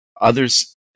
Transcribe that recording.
others